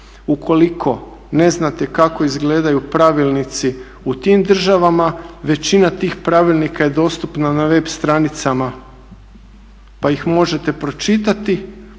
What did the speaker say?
Ukoliko ne znate kako izgledaju pravilnici u tim državama, većina tih pravilnika je dostupna na web stranicama pa ih možete pročitati